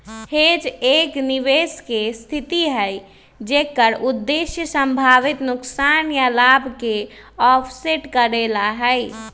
hedge एक निवेश के स्थिति हई जेकर उद्देश्य संभावित नुकसान या लाभ के ऑफसेट करे ला हई